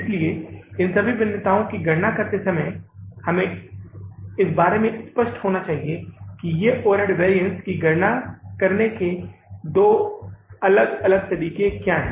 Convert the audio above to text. इसलिए इन भिन्नताओं की गणना करते समय हमें इस बारे में स्पष्ट होना चाहिए कि ये ओवरहेड वैरिअन्स की गणना करने के दो अलग अलग तरीके क्या हैं